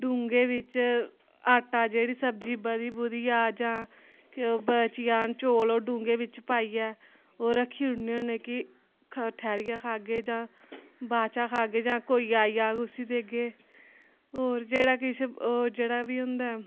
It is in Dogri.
डूंह्घे बिच्च आटा जेह्ड़ी सब्जी बधी बुधी जा जां बची जान चौल ओह् डूंह्घे बिच्च पाइयै ओह् रक्खी ओड़ने होन्ने कि ठैह्रियै खाह्गे जां बाद च खाहगे जां कोई आई जाग उसी देगे होर जेह्ड़ा किश जेह्ड़ा बी होंदा ऐ